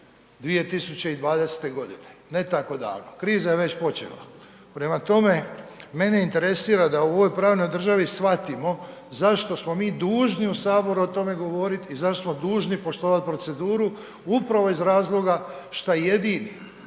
2020.godine, ne tako davno, kriza je već počela. Prema tome, mene interesira da u ovoj pravnoj državi shvatimo zašto smo mi dužni u Saboru o tome govoriti i zašto smo dužni poštovat proceduru upravo iz razloga šta jedini